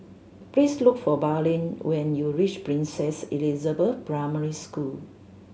please look for Braylen when you reach Princess Elizabeth Primary School